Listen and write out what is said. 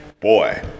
boy